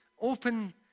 open